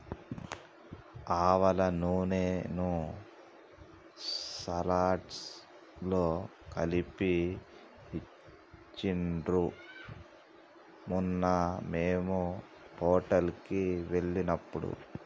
ఆవాల నూనెను సలాడ్స్ లో కలిపి ఇచ్చిండ్రు మొన్న మేము హోటల్ కి వెళ్ళినప్పుడు